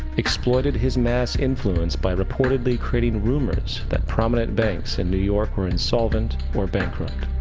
exploited his mass influence by reportedly creating rumors that prominent banks in new york were insolvents, or bankrupt.